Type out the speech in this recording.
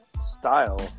style